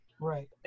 Right